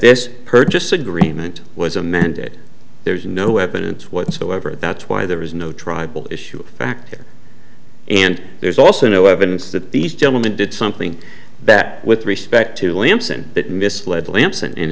this purchase agreement was amended there's no evidence whatsoever that that's why there was no tribal issue back and there's also no evidence that these gentlemen did something that with respect to williamson that misled lampson in